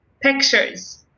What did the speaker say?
pictures